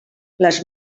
les